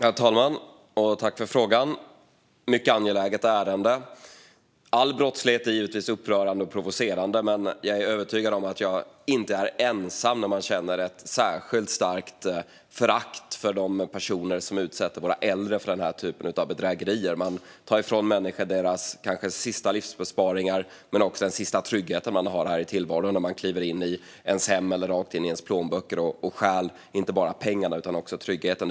Herr talman! Jag tackar för frågan. Det är ett mycket angeläget ärende. All brottslighet är givetvis upprörande och provocerande, men jag är övertygad om att jag inte är ensam om att känna ett särskilt starkt förakt för de personer som utsätter våra äldre för den här typen av bedrägerier. Man tar ifrån människor deras kanske sista livsbesparingar och även den sista trygghet de har i tillvaron när man kliver in i deras hem eller rakt in i deras plånböcker och stjäl inte bara pengarna utan även tryggheten.